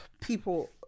people